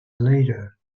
later